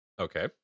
Okay